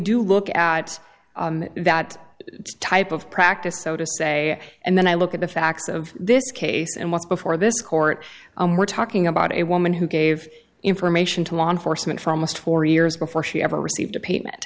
do look at that type of practice so to say and then i look at the facts of this case and what's before this court we're talking about a woman who gave information to law enforcement from most for years before she ever received a payment